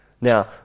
Now